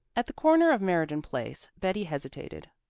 at the corner of meriden place betty hesitated.